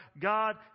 god